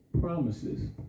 promises